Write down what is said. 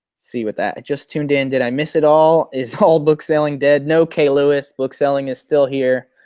see with that. i just tuned in, did i miss it all. is all book selling dead? no, k lewis book selling is still here.